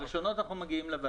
בראשונות אנחנו מגיעים לוועדה.